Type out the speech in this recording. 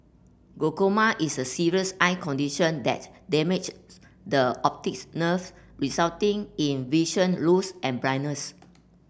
glaucoma is a serious eye condition that damage the optics nerve resulting in vision loss and blindness